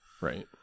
Right